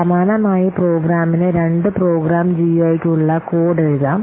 സമാനമായി പ്രോഗ്രാമിന് രണ്ട് പ്രോഗ്രാം ജിയുഐയ്ക്കുള്ള കോഡ് എഴുതാം